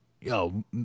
yo